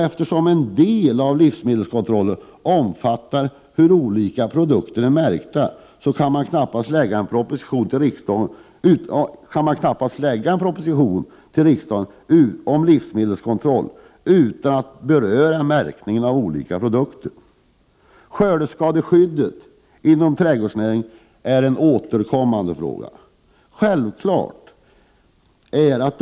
Eftersom en del av livsmedelskontrollen omfattar hur olika produkter är märkta går det knappast att framlägga en proposition om livsmedelskontroll utan att i den beröra märkningen av olika produkter. Skördeskadeskyddet inom trädgårdsnäringen är en återkommande fråga.